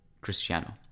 Cristiano